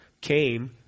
came